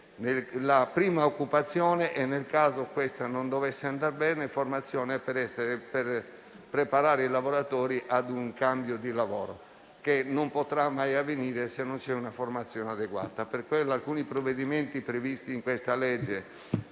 la prima occupazione e, nel caso in cui questa non dovesse andar bene, preparare i lavoratori a un cambio di lavoro, che non potrà mai avvenire, se non c'è una formazione adeguata. Alcuni provvedimenti previsti in questa legge